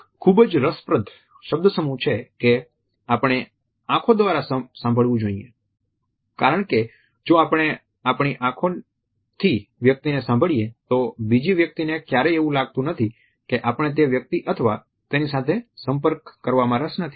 એક ખૂબ જ રસપ્રદ શબ્દસમૂહ છે કે આપણે આંખો દ્વારા સાંભળવું જોઈએ કારણ કે જો આપણે આપણી આંખોથી વ્યક્તિને સાંભળીએ તો બીજી વ્યક્તિને ક્યારેય એવું લાગતુ નથી કે આપણે તે વ્યક્તિ અથવા તેની સાથે સંપર્ક કરવામાં રસ નથી